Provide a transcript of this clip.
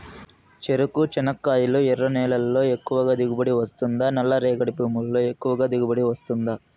చెరకు, చెనక్కాయలు ఎర్ర నేలల్లో ఎక్కువగా దిగుబడి వస్తుందా నల్ల రేగడి భూముల్లో ఎక్కువగా దిగుబడి వస్తుందా